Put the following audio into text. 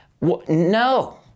No